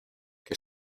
que